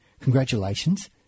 Congratulations